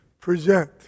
present